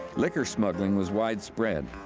liquor smuggling was widespread,